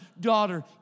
daughter